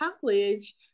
college